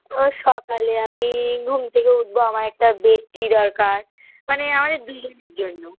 রোজ সকালে আমি ঘুম থেকে উঠব আমার একটা বেড টি দরকার মানে আমাদের দুজনের জন্য